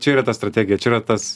čia yra ta strategija čia yra tas